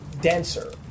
denser